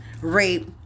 rape